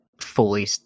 fully